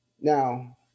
Now